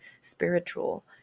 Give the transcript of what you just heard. spiritual